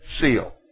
seal